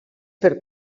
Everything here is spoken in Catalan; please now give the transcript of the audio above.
per